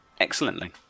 excellently